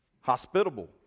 Hospitable